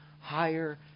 higher